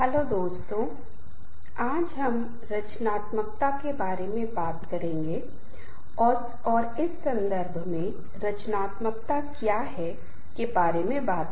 hello मैं इस विषय पर चर्चा कर रहा हूं जो कि समूह की गतिशीलताग्रुप डायनेमिक्स Group Dynamics को समझना है और यह इस विषय का भाग 2 है